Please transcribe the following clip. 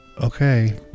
Okay